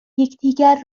یکدیگر